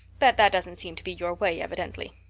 but that doesn't seem to be your way evidently.